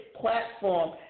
platform